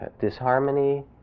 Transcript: disharmony